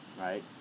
right